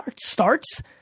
starts